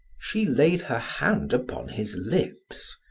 she laid her hand upon his lips.